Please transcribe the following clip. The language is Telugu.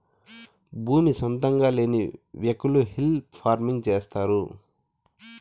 భూమి సొంతంగా లేని వ్యకులు హిల్ ఫార్మింగ్ చేస్తారు